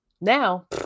Now